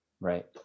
right